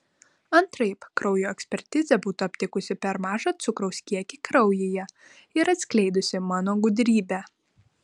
antraip kraujo ekspertizė būtų aptikusi per mažą cukraus kiekį kraujyje ir atskleidusi mano gudrybę